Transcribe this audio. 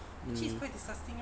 mm